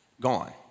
gone